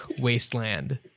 wasteland